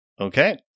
Okay